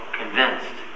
convinced